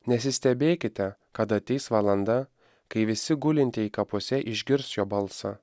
nesistebėkite kad ateis valanda kai visi gulintieji kapuose išgirs jo balsą